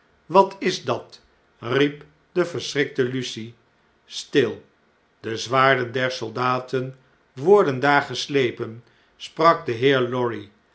wat is dat riep de verschrikte lucie stil de zwaarden der soldaten worden daar geslepen sprak de heer lorry